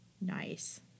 Nice